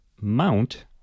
mount